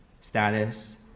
status